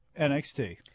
NXT